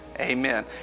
Amen